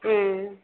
ம்